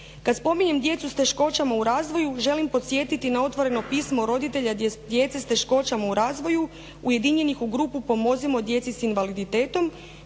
Kad spominjem djecu s teškoćama u razvoju želim podsjetiti na otvoreno pismo roditelja djece s teškoćama u razvoju ujedinjenih u grupu pomozimo djeci s invaliditetom